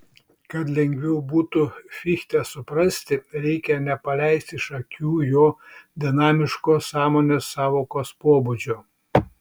kad lengviau būtų fichtę suprasti reikia nepaleisti iš akių jo dinamiško sąmonės sąvokos pobūdžio